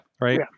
right